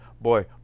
boy